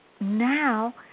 now